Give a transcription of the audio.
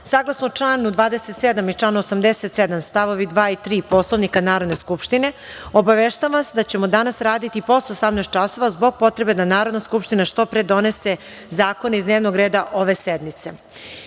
radom. Saglasno članu 27. i članu 87. st. 2. i 3. Poslovnika Narodne skupštine, obaveštavam vas da ćemo danas raditi i posle 18.00 časova, zbog potrebe da Narodna skupština što pre donese zakone iz dnevnog reda ove